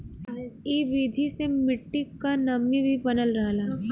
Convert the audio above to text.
इ विधि से मट्टी क नमी भी बनल रहला